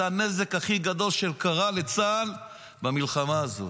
זה הנזק הכי גדול שקרה לצה"ל במלחמה הזאת.